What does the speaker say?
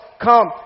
Come